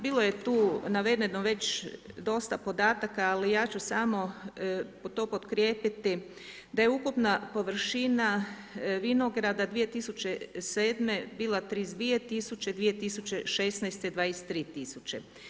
Bilo je tu navedeno već dosta podataka, ali ja ću samo to pokrijepiti da je ukupna površina vinograda 2007. bila 32000 2016. 23000.